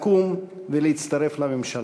לקום ולהצטרף לממשלה.